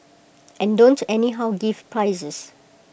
and don't anyhow give prizes